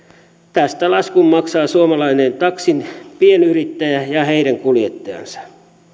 tästä laskun maksaa suomalainen taksin pienyrittäjä ja ja heidän kuljettajansa